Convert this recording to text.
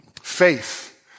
Faith